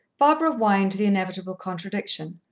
barbara whined the inevitable contradiction,